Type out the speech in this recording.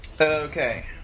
Okay